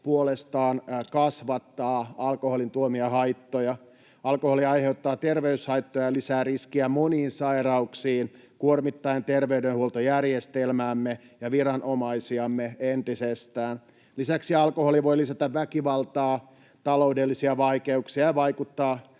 puolestaan kasvattaa alkoholin tuomia haittoja. Alkoholi aiheuttaa terveyshaittoja ja lisää riskiä moniin sairauksiin kuormittaen terveydenhuoltojärjestelmäämme ja viranomaisiamme entisestään. Lisäksi alkoholi voi lisätä väkivaltaa ja taloudellisia vaikeuksia ja vaikuttaa